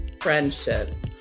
friendships